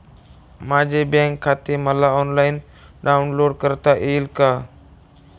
माझे बँक खाते मला ऑनलाईन डाउनलोड करता येईल का?